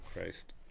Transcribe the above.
Christ